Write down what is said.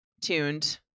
tuned